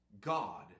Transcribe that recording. God